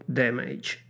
damage